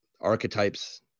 archetypes